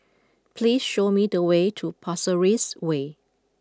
please show me the way to Pasir Ris Way